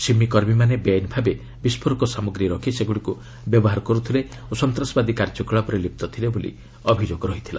ସିମି କର୍ମୀମାନେ ବେଆଇନଭାବେ ବିସ୍ଫୋରକ ସାମଗ୍ରୀ ରଖି ସେଗୁଡ଼ିକୁ ବ୍ୟବହାର କରୁଥିଲେ ଓ ସନ୍ତାସବାଦୀ କାର୍ଯ୍ୟକଳାପରେ ଲିପ୍ତ ଥିଲେ ବୋଲି ଅଭିଯୋଗ ରହିଥିଲା